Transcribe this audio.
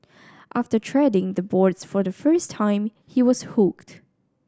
after treading the boards for the first time he was hooked